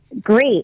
Great